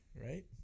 right